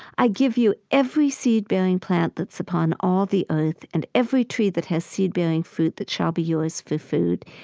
i give you every seed-bearing plant that's upon all the earth and every tree that has seed-bearing fruit that shall be yours for food.